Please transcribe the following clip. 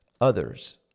others